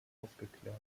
aufgeklärt